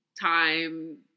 time